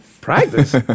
Practice